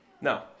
No